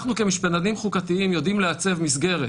אנחנו כמשפטנים חוקתיים יודעים לעצב מסגרת